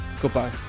goodbye